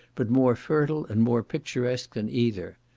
but more fertile and more picturesque than either.